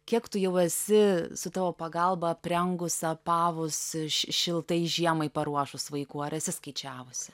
kiek tu jau esi su tavo pagalba aprengus apavus ši šiltai žiemai paruošus vaikų ar esi skaičiavusi